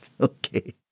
Okay